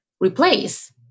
replace